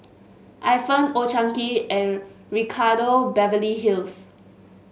Ifan Old Chang Kee and Ricardo Beverly Hills